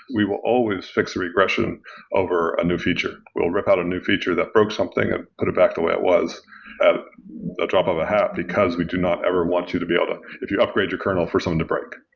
we will always fix a regression over a new feature. we'll rip out a new feature that broke something and put it back the way it was at a drop of a hat because we do not ever want you to be able to if you upgrade your kernel for something to break.